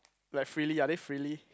like frilly are they frilly